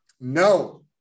no